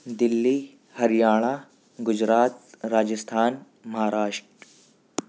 Delhi Haryana Gujarat Rajasthan Maharashtra